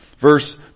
verse